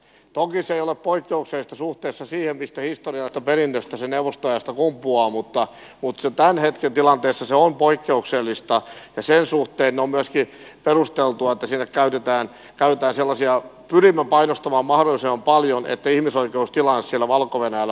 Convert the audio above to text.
toki se ei ole poikkeuksellista suhteessa siihen mistä historiallisesta perinnöstä neuvostoajasta se kumpuaa mutta tämän hetken tilanteessa se on poikkeuksellista ja sen suhteen on myöskin perusteltua pysyvä käytetään käyttää sellaisia oli että pyrimme painostamaan mahdollisimman paljon että ihmisoikeustilanne siellä valko venäjällä paranee